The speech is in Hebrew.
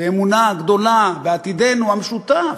באמונה גדולה בעתידנו המשותף.